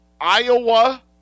Iowa